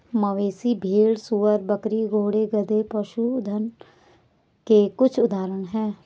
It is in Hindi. मवेशी, भेड़, सूअर, बकरी, घोड़े, गधे, पशुधन के कुछ उदाहरण हैं